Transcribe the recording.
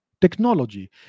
technology